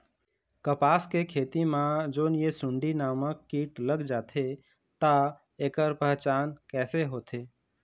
कपास के खेती मा जोन ये सुंडी नामक कीट लग जाथे ता ऐकर पहचान कैसे होथे?